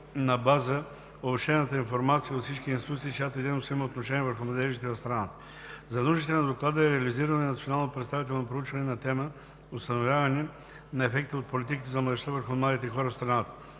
на база обобщената информация от всички институции, чиято дейност има отношение върху младежите в страната. За нуждите на Доклада е реализирано и национално представително проучване на тема „Установяване на ефекта от политиките за младежта върху младите хора в страната“.